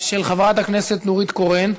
של חברת הכנסת נורית קורן.